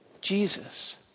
Jesus